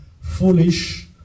foolish